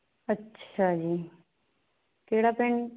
ਅੱਛਾ ਜੀ ਕਿਹੜਾ ਪਿੰਡ